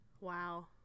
wow